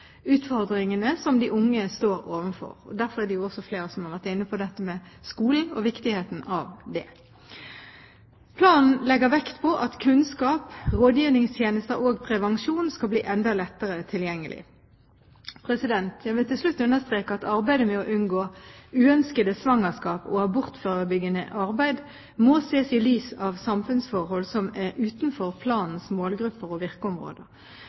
utfordringene som de unge står overfor. Derfor har flere vært inne på dette med skolen og viktigheten av det. Planen legger vekt på at kunnskap, rådgivningstjenester og prevensjon skal bli enda lettere tilgjengelig. Jeg vil til slutt understreke at arbeidet med å unngå uønskede svangerskap og abortforebyggende arbeid må ses i lys av samfunnsforhold som er utenfor planens målgrupper og virkeområder.